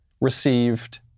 received